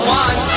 one